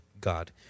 God